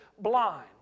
blind